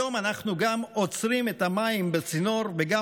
היום אנחנו גם עוצרים את המים בצינור וגם